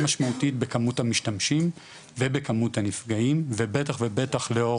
משמעותית בכמות המשתמשים ובכמות הנפגעים ובטח ובטח לאור